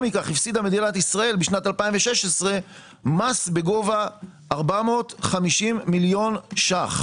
מכך הפסידה מדינת ישראל בשנת 2016 מס בגובה 450 מיליון ₪.